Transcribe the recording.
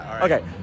Okay